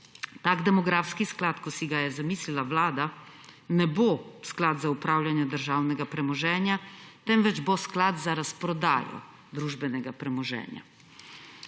Tak demografski sklad kot si ga je zamislila Vlada, ne bo sklad za upravljanje državnega premoženja, temveč bo sklad za razprodajo družbenega premoženja.